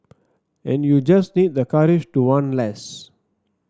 and you just need the courage to want less